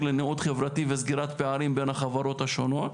לניעות חברתי וסגירת פערים בין החברות השונות,